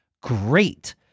great